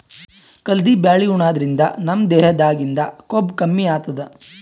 ಕಲ್ದಿ ಬ್ಯಾಳಿ ಉಣಾದ್ರಿನ್ದ ನಮ್ ದೇಹದಾಗಿಂದ್ ಕೊಬ್ಬ ಕಮ್ಮಿ ಆತದ್